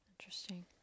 Interesting